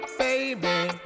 baby